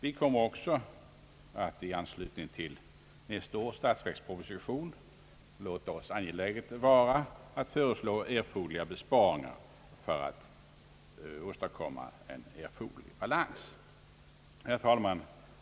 Vi ämnar också i anslutning till nästa års statsverksproposition låta oss angeläget vara att föreslå besparingar för att åstadkomma erforderlig balans. Herr talman!